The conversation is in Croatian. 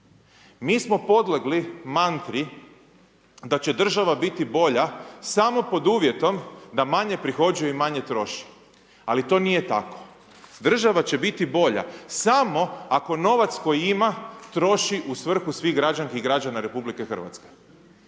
Mi smo podlegli mantri da će država biti bolja samo pod uvjetom da manje prihođuje i manje troši. Ali to nije tako. Država će biti bolja samo ako novac koji ima troši u svrhu svih građanki i građana RH.